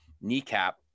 kneecap